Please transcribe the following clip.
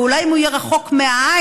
ואולי אם הוא יהיה רחוק מהעין,